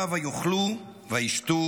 ויאכלו וישתו,